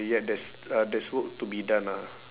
ya there's uh there's work to be done ah